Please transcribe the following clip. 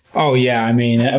oh yeah. i mean, and